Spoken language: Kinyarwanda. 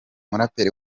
muraperi